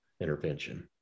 intervention